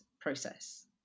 process